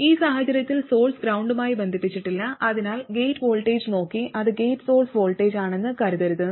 ഈ സാഹചര്യത്തിൽ സോഴ്സ് ഗ്രൌണ്ടുമായി ബന്ധിപ്പിച്ചിട്ടില്ല അതിനാൽ ഗേറ്റ് വോൾട്ടേജ് നോക്കി അത് ഗേറ്റ് സോഴ്സ് വോൾട്ടേജാണെന്ന് കരുതരുത്